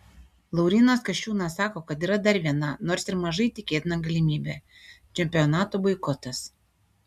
laurynas kasčiūnas sako kad yra dar viena nors ir mažai tikėtina galimybė čempionato boikotas